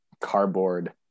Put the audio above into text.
cardboard